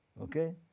Okay